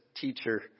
teacher